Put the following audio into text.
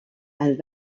and